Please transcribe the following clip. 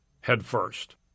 headfirst